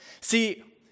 See